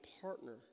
partner